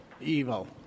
evil